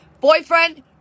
boyfriend